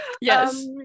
Yes